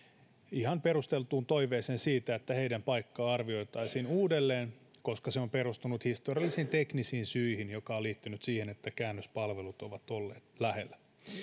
esittämään ihan perusteltuun toiveeseen siitä että heidän paikkansa arvioitaisiin uudelleen koska se on perustunut historiallisiin teknisiin syihin jotka ovat liittyneet siihen että käännöspalvelut ovat olleet lähellä